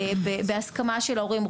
ובהסכמה של ההורים,